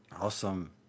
Awesome